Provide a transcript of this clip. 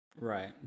Right